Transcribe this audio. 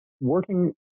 working